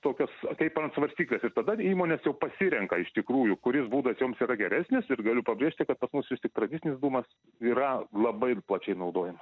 tokios kaip ant svarstyklės ir tada įmonės jau pasirenka iš tikrųjų kuris būdas joms yra geresnis ir galiu pabrėžti kad pas mus vis tik tradicinis dūmas yra labai plačiai naudojamas